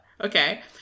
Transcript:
Okay